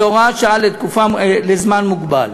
זאת הוראת שעה לזמן מוגבל.